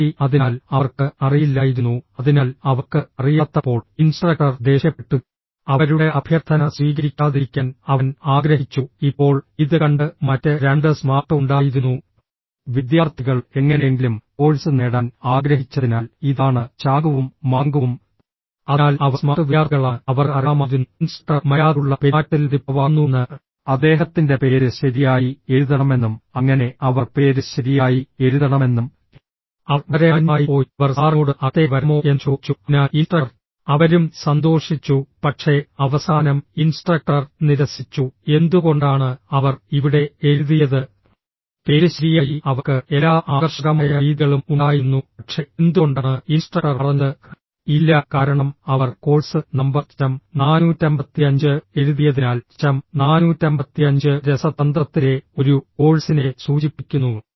ശ്വാരി അതിനാൽ അവർക്ക് അറിയില്ലായിരുന്നു അതിനാൽ അവർക്ക് അറിയാത്തപ്പോൾ ഇൻസ്ട്രക്ടർ ദേഷ്യപ്പെട്ടു അവരുടെ അഭ്യർത്ഥന സ്വീകരിക്കാതിരിക്കാൻ അവൻ ആഗ്രഹിച്ചു ഇപ്പോൾ ഇത് കണ്ട് മറ്റ് രണ്ട് സ്മാർട്ട് ഉണ്ടായിരുന്നു വിദ്യാർത്ഥികൾ എങ്ങനെയെങ്കിലും കോഴ്സ് നേടാൻ ആഗ്രഹിച്ചതിനാൽ ഇതാണ് ചാങ്കുവും മാങ്കുവും അതിനാൽ അവർ സ്മാർട്ട് വിദ്യാർത്ഥികളാണ് അവർക്ക് അറിയാമായിരുന്നു ഇൻസ്ട്രക്ടർ മര്യാദയുള്ള പെരുമാറ്റത്തിൽ മതിപ്പുളവാക്കുന്നുവെന്ന് അദ്ദേഹത്തിൻ്റെ പേര് ശരിയായി എഴുതണമെന്നും അങ്ങനെ അവർ പേര് ശരിയായി എഴുതണമെന്നും അവർ വളരെ മാന്യമായി പോയി അവർ സാറിനോട് അകത്തേക്ക് വരാമോ എന്ന് ചോദിച്ചു അതിനാൽ ഇൻസ്ട്രക്ടർ അവരും സന്തോഷിച്ചു പക്ഷേ അവസാനം ഇൻസ്ട്രക്ടർ നിരസിച്ചു എന്തുകൊണ്ടാണ് അവർ ഇവിടെ എഴുതിയത് പേര് ശരിയായി അവർക്ക് എല്ലാ ആകർഷകമായ രീതികളും ഉണ്ടായിരുന്നു പക്ഷേ എന്തുകൊണ്ടാണ് ഇൻസ്ട്രക്ടർ പറഞ്ഞത് ഇല്ല കാരണം അവർ കോഴ്സ് നമ്പർ CHM 455 എഴുതിയതിനാൽ CHM 455 രസതന്ത്രത്തിലെ ഒരു കോഴ്സിനെ സൂചിപ്പിക്കുന്നു